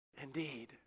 Indeed